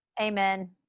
Amen